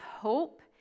hope